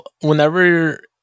whenever